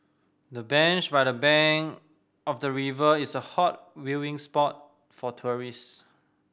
the bench by the bank of the river is a hot viewing spot for tourists